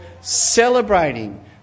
celebrating